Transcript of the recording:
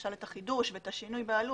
למשל את החידוש ואת השינוי בעלות,